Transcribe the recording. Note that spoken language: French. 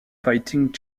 fighting